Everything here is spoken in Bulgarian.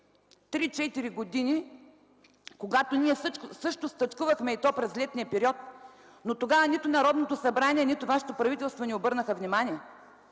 преди 3-4 години, когато също стачкувахме, и то през летния период, но тогава нито Народното събрание, нито вашето правителство ни обърнаха внимание,